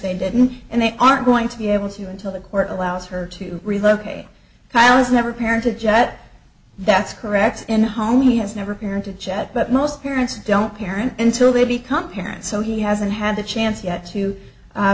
they didn't and they aren't going to be able to until the court allows her to relocate kyle is never parent a jet that's correct in home he has never been to chat but most parents don't parent until they become parents so he hasn't had the chance yet to